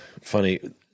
funny